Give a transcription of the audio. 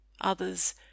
others